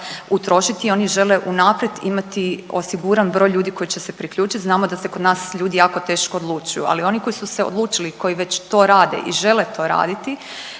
utrošiti i oni žele unaprijed imati osiguran broj ljudi koji će se priključit. Znamo da se kod nas ljudi jako teško odlučuju, ali oni koji su se odlučili, koji već to rade i žele to raditi